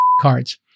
cards